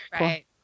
right